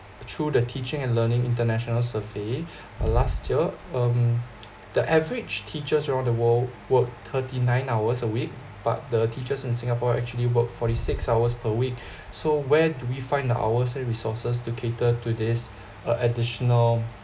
through the teaching and learning international survey last year um the average teachers around the world work thirty-nine hours a week but the teachers in singapore actually work forty-six hours per week so where do we find the hours and resources to cater to this uh additional